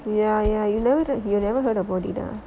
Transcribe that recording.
ya ya you know that you've never heard about it ah